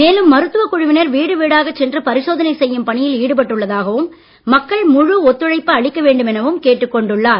மேலும் மருத்துவக்குழுவினர் வீடுவீடாகச் சென்று பரிசோதனை செய்யும் பணியில் ஈடுபட்டுள்ளதாகவும் மக்கள் முழு ஒத்துழைப்பு அளிக்க வேண்டும் எனவும் தெரிவித்துள்ளார்